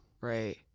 right